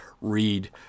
read